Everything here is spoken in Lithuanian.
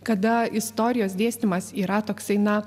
kada istorijos dėstymas yra toksai na